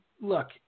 look